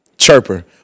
Chirper